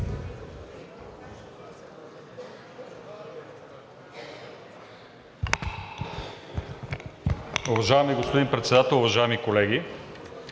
Уважаеми господин Председател, уважаеми колеги